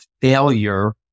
failure